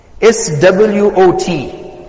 S-W-O-T